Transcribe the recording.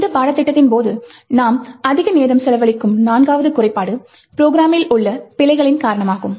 இந்த பாடத்திட்டத்தின் போது நாம் அதிக நேரம் செலவழிக்கும் நான்காவது குறைபாடு ப்ரோக்ராமில் உள்ள பிழைகளின் காரணமாகும்